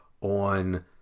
on